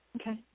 Okay